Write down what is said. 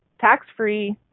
tax-free